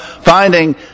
finding